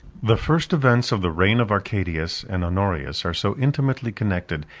the first events of the reign of arcadius and honorius are so intimately connected,